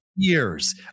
years